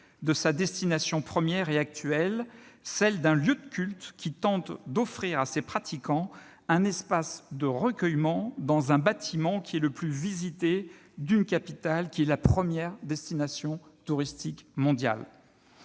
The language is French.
de sa destination première et actuelle, celle d'un lieu de culte qui tente d'offrir à ses pratiquants un espace de recueillement dans un bâtiment qui est le plus visité d'une capitale qui est la première destination touristique mondiale.